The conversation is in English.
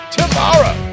tomorrow